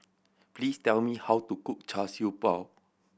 please tell me how to cook Char Siew Bao